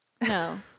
No